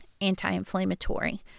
anti-inflammatory